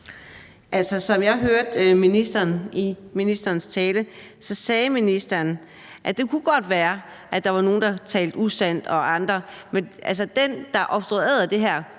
ministeren i ministerens tale, så sagde ministeren, at det godt kunne være, at der var nogle, der talte usandt og andet, men at den, der obstruerede det her,